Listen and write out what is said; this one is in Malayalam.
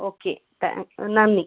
ഓക്കെ താങ്ക്സ് നന്ദി